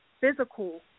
physical